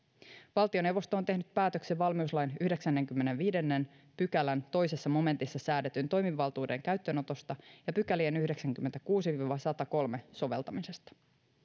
valtioneuvosto on tehnyt päätöksen valmiuslain yhdeksännenkymmenennenviidennen pykälän toisessa momentissa säädetyn toimivaltuuden käyttöönotosta ja pykälien yhdeksänkymmentäkuusi viiva satakolme soveltamisesta